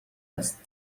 است